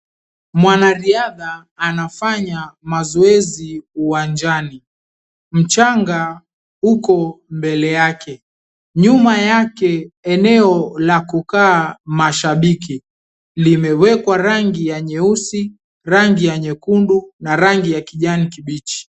Mwanariadha anafanya mazoezi uwanjani. Mchanga uko mbele yake. Nyuma yake eneo la kukaa mashabiki limewekwa rangi ya nyeusi, rangi ya nyekundu na rangi ya kijani kibichi.